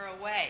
away